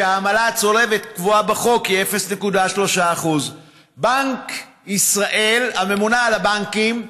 העמלה הצולבת קבועה בחוק והיא 0.3%. הממונה על הבנקים,